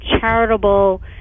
charitable